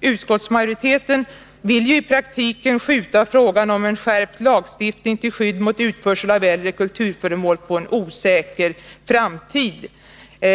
Utskottsmajoriteten vill i praktiken skjuta på frågan om en skärpt lagstiftning till skydd mot utförsel av äldre kulturföremål till en osäker framtid.